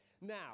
Now